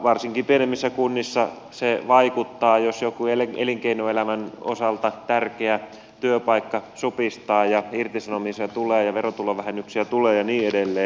varsinkin pienemmissä kunnissa se vaikuttaa jos joku elinkeinoelämän osalta tärkeä työpaikka supistaa ja irtisanomisia tulee ja verotulovähennyksiä tulee ja niin edelleen